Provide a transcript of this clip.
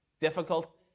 difficult